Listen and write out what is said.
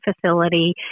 facility